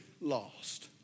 lost